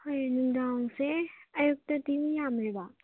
ꯍꯣꯏ ꯅꯨꯡꯗꯥꯡꯁꯦ ꯑꯌꯨꯛꯇꯗꯤ ꯃꯤ ꯌꯥꯝꯃꯦꯕ